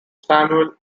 samuel